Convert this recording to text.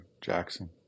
Jackson